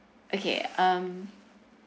okay um